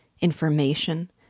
information